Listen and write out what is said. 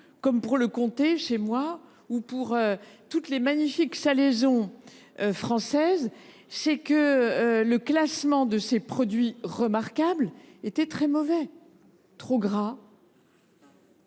comme pour le comté chez moi, ou pour toutes les magnifiques salaisons françaises, c’est que le classement de ces produits remarquables était très mauvais. Ils